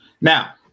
Now